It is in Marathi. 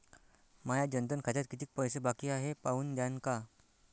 माया जनधन खात्यात कितीक पैसे बाकी हाय हे पाहून द्यान का?